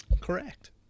Correct